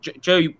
Joe